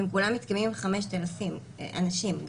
הם כולם מתקיימים עם 5,000 אנשים.